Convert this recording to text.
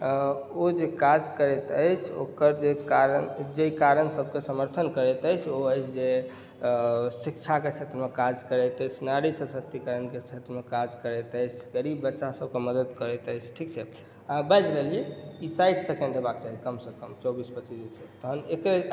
ओ जे काज करैत अछि ओकर जे कारण सबके समर्थन करैत अछि ओ अछि जे शिक्षाके क्षेत्र मे काज करैत अछि नारी सशक्तिकरणके क्षेत्र मे काज करैत अछि ग़रीब बच्चा सबके मदद करैत अछि ठीक छै बाजि लेलिए ई साइड सॅं काम हेबाक चाही कम से कम चौबीस पच्चीस जे छै तहन एकरे